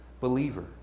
believer